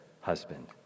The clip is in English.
husband